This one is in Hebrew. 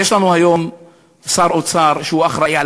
יש לנו היום שר אוצר שהוא אחראי על